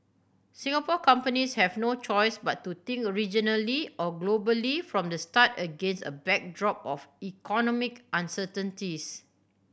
Singapore companies have no choice but to think regionally or globally from the start against a backdrop of economic uncertainties